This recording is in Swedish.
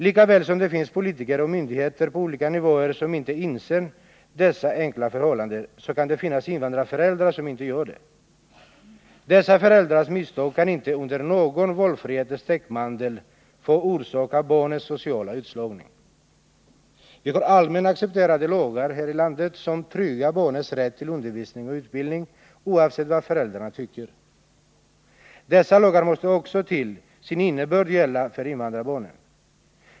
Lika väl som det finns politiker och myndigheter på olika nivåer som inte inser dessa enkla förhållanden så kan det finnas invandrarföräldrar som inte gör det. Dessa föräldrars misstag kan inte, under någon valfrihetens täckmantel, få orsaka barnens sociala utslagning. Vi har allmänt accepterade lagar här i landet som tryggar barnens rätt till undervisning och utbildning, oavsett vad föräldrarna tycker. Dessa lagar måste också till sin innebörd gälla för invandrarbarnen.